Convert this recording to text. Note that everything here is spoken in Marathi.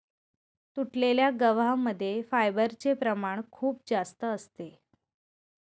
तुटलेल्या गव्हा मध्ये फायबरचे प्रमाण खूप जास्त असते